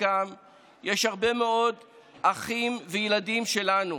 יש הרבה מאוד אחים וילדים שלנו,